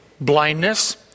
blindness